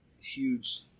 huge